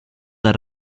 dal